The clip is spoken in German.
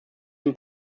dem